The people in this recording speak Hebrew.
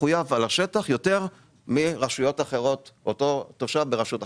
מחויב על השטח יותר מתושב ברשות אחרת.